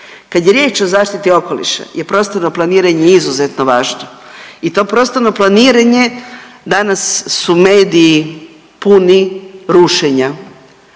Kad je riječ o zaštiti okoliša je prostorno planiranje izuzetno važno i to prostorno planiranje danas su mediji puni rušenja.